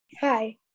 Hi